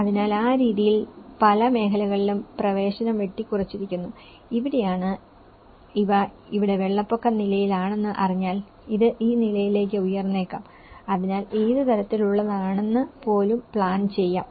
അതിനാൽ ആ രീതിയിൽ പല മേഖലകളിലും പ്രവേശനം വെട്ടിക്കുറച്ചിരിക്കുന്നു ഇവിടെയാണ് ഇവ ഇവിടെ വെള്ളപ്പൊക്ക നിലയാണെന്ന് അറിഞ്ഞാൽ ഇത് ഈ നിലയിലേക്ക് ഉയർന്നേക്കാം അതിനാൽ ഏത് തരത്തിലുള്ളതാണെന്ന് പോലും പ്ലാൻ ചെയ്യാം